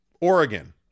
Oregon